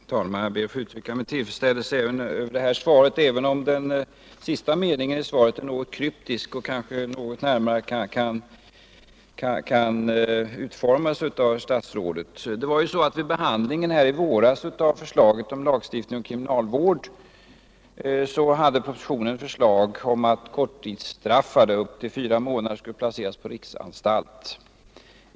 Herr talman! Jag ber att få uttrycka min tillfredsställelse också över detta svar, även om den sista meningen är en aning kryptisk och kanske kan utvecklas något av statsrådet. Den proposition beträffande lagstiftning om kriminalvård i anstalt som behandlades i våras innehöll ett förslag om att korttidsstraffade, som ådömts fängelse i upp till fyra månader, skulle placeras i riksanstalt.